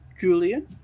Julian